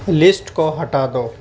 list کو ہٹا دو